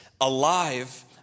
Alive